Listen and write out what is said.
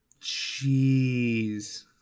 Jeez